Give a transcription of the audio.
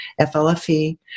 FLFE